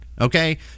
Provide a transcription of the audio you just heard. okay